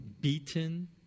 beaten